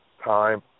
time